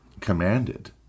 commanded